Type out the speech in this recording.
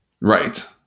right